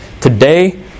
Today